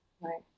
Right